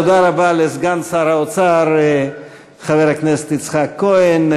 תודה רבה לסגן שר האוצר חבר הכנסת יצחק כהן.